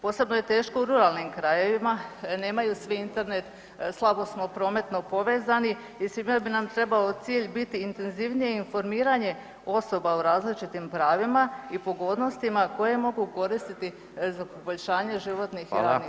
Posebno je teško u ruralnim krajevima, nemaju svi Internet, slabo smo prometno povezani i svima bi nam trebao cilj biti intenzivnije informiranje osoba o različitim pravima i pogodnostima koje mogu koristiti za poboljšanje životnih i radnih uvjeta.